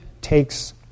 takes